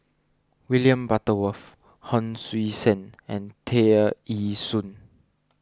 William Butterworth Hon Sui Sen and Tear Ee Soon